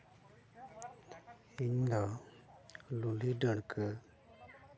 ᱤᱧ ᱫᱚ ᱞᱩᱞᱦᱤ ᱰᱟᱹᱲᱠᱟᱹ